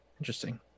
interesting